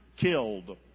killed